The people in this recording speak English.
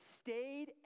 stayed